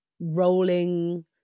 rolling